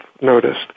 noticed